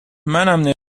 منم